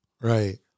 Right